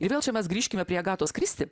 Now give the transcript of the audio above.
ir vėl čia mes grįžkime prie agatos kristi